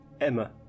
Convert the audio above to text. Emma